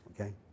okay